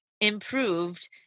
improved